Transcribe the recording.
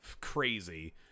crazy